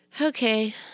Okay